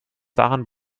daran